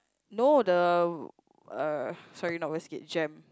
no the uh sorry not Westgate Jem